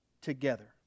together